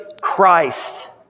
Christ